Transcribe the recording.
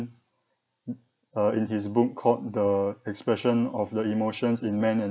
uh in his book called the expression of the emotions in men and